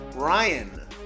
Brian